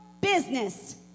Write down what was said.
business